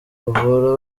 bavura